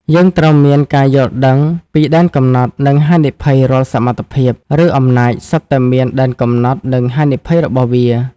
យើងត្រូវមានការយល់ដឹងពីដែនកំណត់ និងហានិភ័យ រាល់សមត្ថភាព ឬអំណាចសុទ្ធតែមានដែនកំណត់ និងហានិភ័យរបស់វា។